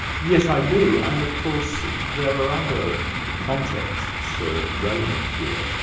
yes, i do. and of course there are other contexts ah relevant here.